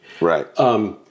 Right